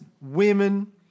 women